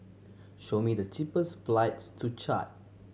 show me the cheapest flights to Chad